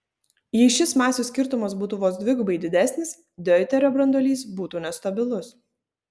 jei šis masių skirtumas būtų vos dvigubai didesnis deuterio branduolys būtų nestabilus